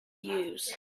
used